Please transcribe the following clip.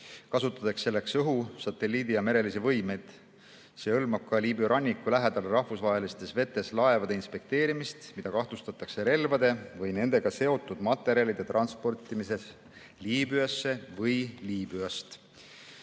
kasutades selleks õhu-, satelliidi- ja merelisi võimeid. See hõlmab ka Liibüa ranniku lähedal rahvusvahelistes vetes laevade inspekteerimist, mida kahtlustatakse relvade või nendega seotud materjalide transportimises Liibüasse või Liibüast.